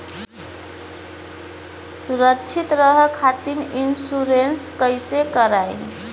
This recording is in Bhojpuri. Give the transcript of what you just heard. सुरक्षित रहे खातीर इन्शुरन्स कईसे करायी?